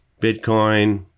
Bitcoin